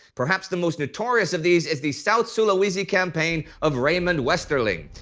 perhaps the most notorious of these is the south-sulawesi campaign of raymond westerling.